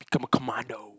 become a commando